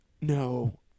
No